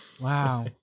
Wow